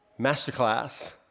masterclass